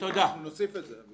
אביבית, אנחנו נוסיף את זה.